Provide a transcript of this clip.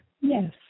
Yes